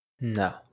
No